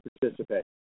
participate